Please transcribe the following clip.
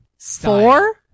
Four